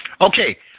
Okay